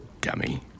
dummy